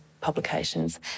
publications